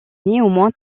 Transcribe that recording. néanmoins